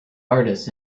artists